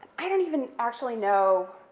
i don't even actually know,